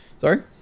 sorry